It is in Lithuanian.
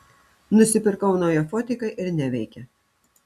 nusipirkau naują fotiką ir neveikia